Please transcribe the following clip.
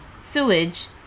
sewage